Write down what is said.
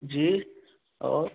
जी और